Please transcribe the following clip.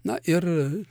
na ir